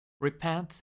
Repent